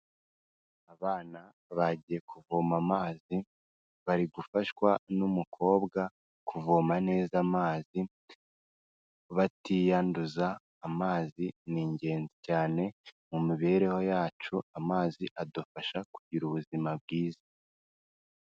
Abana bagiye kuvoma amazi, bari gufashwa n'umukobwa kuvoma neza amazi batiyanduza, amazi ni ingenzi cyane mu mibereho yacu, amazi adufasha kugira ubuzima bwiza.